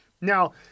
Now